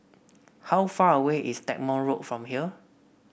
how far away is Stagmont Road from here